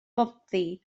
bontddu